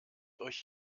euch